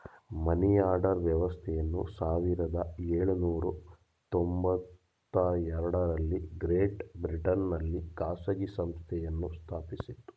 money order ವ್ಯವಸ್ಥೆಯನ್ನು ಸಾವಿರದ ಎಳುನೂರ ತೊಂಬತ್ತಎರಡು ರಲ್ಲಿ ಗ್ರೇಟ್ ಬ್ರಿಟನ್ ನಲ್ಲಿ ಖಾಸಗಿ ಸಂಸ್ಥೆಯನ್ನು ಸ್ಥಾಪಿಸಿತು